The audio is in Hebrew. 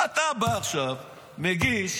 אתה בא עכשיו ומגיש